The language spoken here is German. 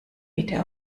bitte